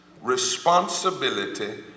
responsibility